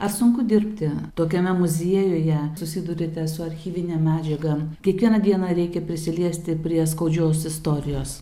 ar sunku dirbti tokiame muziejuje susiduriate su archyvine medžiaga kiekvieną dieną reikia prisiliesti prie skaudžios istorijos